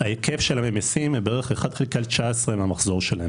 ההיקף של הממסים הם בערך אחד חלקי 19 מהמחזור שלהם,